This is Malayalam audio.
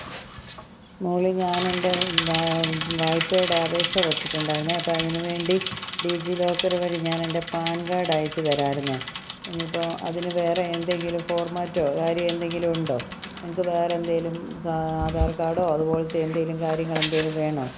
മോളെ ഞാനെൻ്റെ വാ വായ്പ്പേടപേക്ഷ വെച്ചിട്ടുണ്ടായിരുന്നെ അപ്പോള് അതിന് വേണ്ടി ഡീജീ ലോക്കറുവഴി ഞാനെൻ്റെ പാൻകാടയച്ച് തരാമായിരുന്നെ ഇനിയിപ്പോള് അതിന് വേറെയെന്തെങ്കിലും ഫോർമാറ്റോ കാര്യമെന്തെങ്കിലുമുണ്ടോ നിങ്ങള്ക്ക് വേറെന്തേലും സാ ആധാർക്കാഡൊ അതുപോലത്തെ എന്തേലും കാര്യങ്ങളെന്തേലും വേണോ